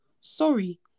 sorry